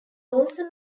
also